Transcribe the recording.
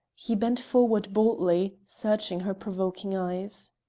he bent forward boldly, searching her provoking eyes.